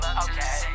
okay